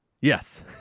Yes